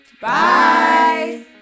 Bye